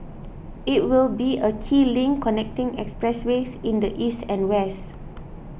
it will be a key link connecting expressways in the east and west